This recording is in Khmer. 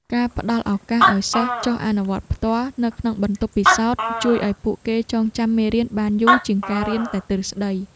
ការផ្តល់ឱកាសឱ្យសិស្សចុះអនុវត្តផ្ទាល់នៅក្នុងបន្ទប់ពិសោធន៍ជួយឱ្យពួកគេចងចាំមេរៀនបានយូរជាងការរៀនតែទ្រឹស្តី។